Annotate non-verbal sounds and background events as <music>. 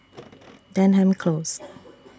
<noise> Denham Close